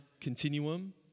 continuum